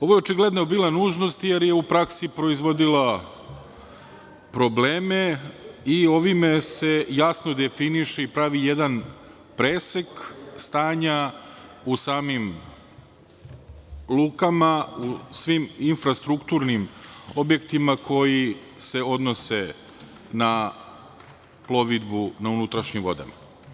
Ovo je očigledno bila nužnost, jer je u praksi proizvodila probleme i ovime se jasno definiše i pravi jedan presek stanja u samim lukama, u svim infrastrukturnim objektima koji se odnose na plovidbu na unutrašnjim vodama.